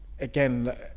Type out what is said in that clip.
Again